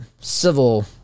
civil